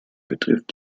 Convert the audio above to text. betrifft